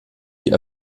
die